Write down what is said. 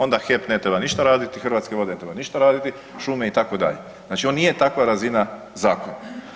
Onda HEP ne treba ništa raditi, Hrvatske vode trebaju ništa raditi, šume itd., znači ovo nije takva razina zakona.